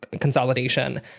consolidation